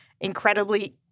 incredibly